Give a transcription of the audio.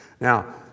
Now